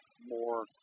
more